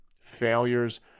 Failures